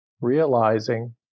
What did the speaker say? realizing